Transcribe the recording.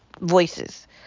voices